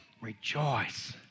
Rejoice